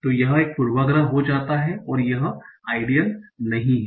तो यह एक पूर्वाग्रह हो जाता है और यह आइडल नहीं है